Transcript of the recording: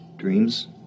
dreams